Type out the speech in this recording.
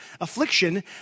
affliction